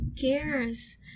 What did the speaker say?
cares